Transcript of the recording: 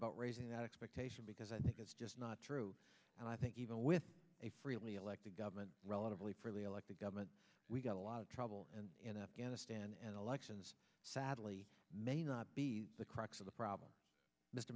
about raising that expectation because i think it's just not true and i think even with a freely elected government relatively freely elected government we got a lot of trouble and in afghanistan and elections sadly may not be the crux of the problem